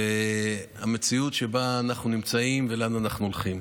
ועל המציאות שבה אנחנו נמצאים ולאן אנחנו הולכים.